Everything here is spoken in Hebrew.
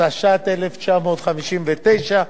התשי"ט 1959,